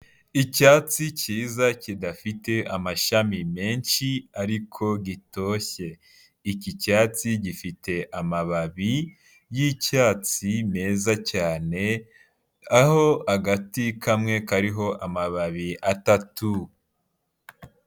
Icyatsi cyiza kidafite amashami menshi ariko gitoshye, iki cyatsi gifite amababi y'icyatsi meza cyane, aho agati kamwe kariho amababi atatu.